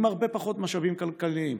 עם הרבה פחות משאבים כלכליים,